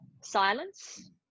silence